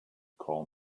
call